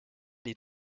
les